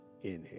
inhale